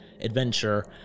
adventure